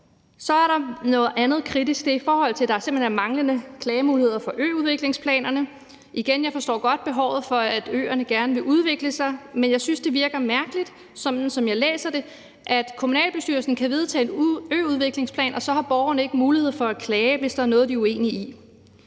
Så er der noget andet kritisk, og det er, i forhold til at der simpelt hen er manglende klagemuligheder for øudviklingsplanerne. Igen forstår jeg godt behovet for, at øerne gerne vil udvikle sig, men jeg synes, det virker mærkeligt, sådan som jeg læser det, at kommunalbestyrelsen kan vedtage en øudviklingsplan, og at borgerne så ikke har mulighed for at klage, hvis der er noget, de er uenige i.